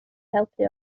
helpu